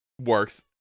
works